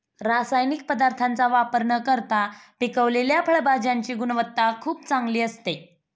रासायनिक पदार्थांचा वापर न करता पिकवलेल्या फळभाज्यांची गुणवत्ता खूप चांगली असते